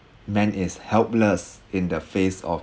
man is helpless in the face of